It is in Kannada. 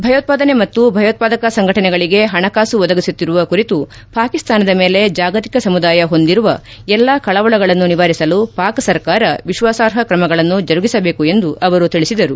ಭಯೋತ್ವಾದನೆ ಮತ್ತು ಭಯೋತ್ವಾದಕ ಸಂಘಟನೆಗಳಿಗೆ ಹಣಕಾಸು ಒದಗಿಸುತ್ತಿರುವ ಕುರಿತು ಪಾಕಿಸ್ತಾನದ ಮೇಲೆ ಜಾಗತಿಕ ಸಮುದಾಯ ಹೊಂದಿರುವ ಎಲ್ಲ ಕಳವಳಗಳನ್ನು ನಿವಾರಿಸಲು ಪಾಕ್ ಸರ್ಕಾರ ವಿಶ್ವಾಸಾರ್ಹ ಕ್ರಮಗಳನ್ನು ಜರುಗಿಸಬೇಕು ಎಂದು ಅವರು ತಿಳಿಸಿದರು